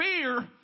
fear